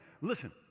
Listen